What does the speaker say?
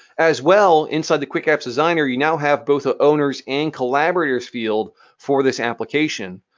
as well inside the quick apps designer, you now have both ah owners and collaborators field for this application.